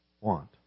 want